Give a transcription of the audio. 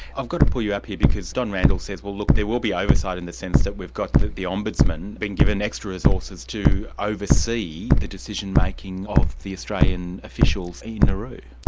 i've got to pull you up here, because don randall says, well look, there will be oversight in the sense that we've got the the ombudsman being given extra resources to oversee the decision making of the australian officials in nauru.